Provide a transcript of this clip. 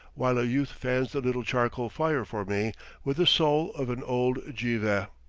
while a youth fans the little charcoal fire for me with the sole of an old geiveh.